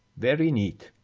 very neat.